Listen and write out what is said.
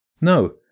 No